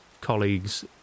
colleagues